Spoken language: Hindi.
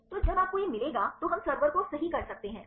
तो जब आपको यह मिलेगा तो हम सर्वर को सही कर सकते हैं